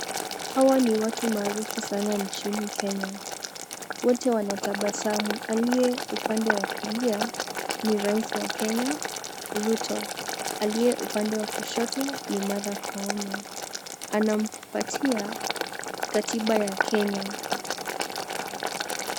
Hawa ni watu maarufu sana nchini Kenya. Wote wanatabasamu. Aliyeupande wa kulia ni rais wa Kenya, Ruto. Aliye upande wa kushoto ni Martha Koome, anampatia katiba ya Kenya.